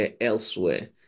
elsewhere